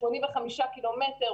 85 קילומטרים,